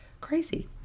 crazy